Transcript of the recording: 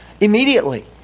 immediately